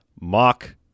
mock